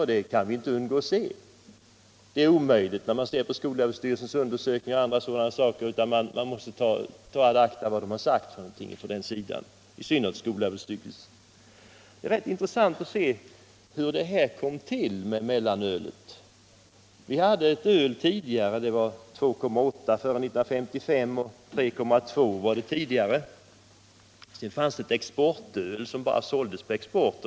Detta kan vi inte undgå att se — det är omöjligt när man studerar skolöverstyrelsens undersökningar och andra undersökningar. Man måste ta ad notam vad som sagts från den sidan i synnerhet från skolöverstyrelsen. Det är intressant att se på hur mellanölet kom till. Vi hade före 1955 ett öl på 2,8 viktprocent, och dessförinnan var det 3,2 viktprocent. Vidare fanns det ett exportöl som bara såldes på export.